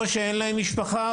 או שאין להם משפחה,